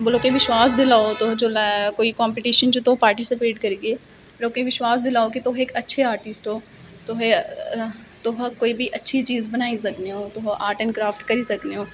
लोकें गी विश्वास दिलाओ तुस जिसले कोई कम्पीटिशन च तुस पार्टीस्पेट करगे लोकें गी विश्वास दिलाओ कि तुस इक अच्छे आर्टिस्ट ओ तुस कोई बी अच्छी चीज बनाई सकने ओ तुस आर्ट एंड कराफ्ट करी लकने ओ